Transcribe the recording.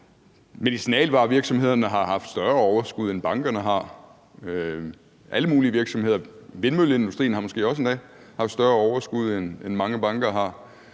Medicinalvarevirksomhederne har haft større overskud, end bankerne har. Alle mulige virksomheder og vindmølleindustrien har måske endda også haft større overskud, end mange banker har.